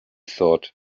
thought